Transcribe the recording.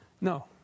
No